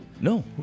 No